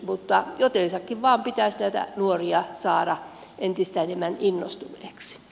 mutta jotensakin vain pitäisi näitä nuoria saada entistä enemmän innostuneiksi